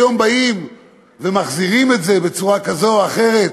היום באים ומחזירים את זה בצורה כזו או אחרת.